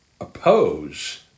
oppose